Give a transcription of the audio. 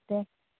दे